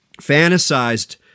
fantasized